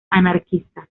anarquistas